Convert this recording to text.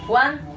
one